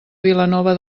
vilanova